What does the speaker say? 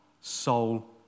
soul